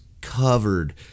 covered